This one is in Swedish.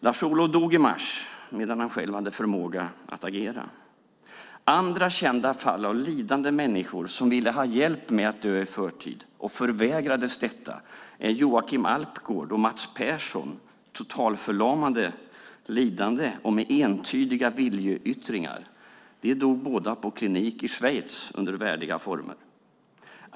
Lars-Olov dog i mars, medan han själv hade förmåga att agera. Andra kända fall av lidande människor som ville ha hjälp med att dö i förtid, men som förvägrades detta, är Joakim Alpgård och Mats Persson, totalförlamade, lidande och med entydiga viljeyttringar. De dog båda på klinik i Schweiz under värdiga former.